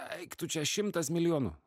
eik tu čia šimtas milijonų